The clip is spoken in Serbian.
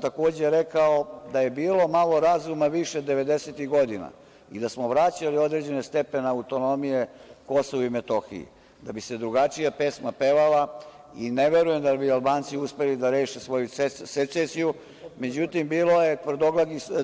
Takođe, ja sam rekao da je bilo malo razuma više devedesetih godina i da smo vraćali određene stepene autonomije KiM, da bi se drugačija pesma pevala i ne verujem da bi Albanci uspeli da reše svoju secesiju, međutim bilo je